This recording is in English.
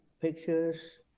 pictures